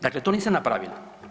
Dakle, to niste napravili.